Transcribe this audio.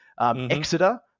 Exeter